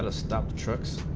ah stop trucks